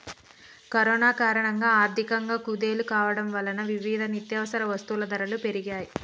corona కారణంగా ఆర్థికంగా కుదేలు కావడం వలన వివిధ నిత్యవసర వస్తువుల ధరలు పెరిగాయ్